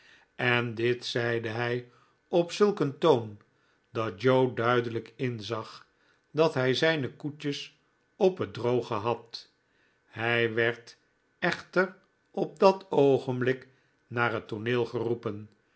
en dit zeide hij op zulk een toon dat joe duidelijk inzag dat hij zijne koetjes op het droge had hij werd echter op dat oogenblik naar het tooneel geroepen